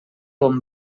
bon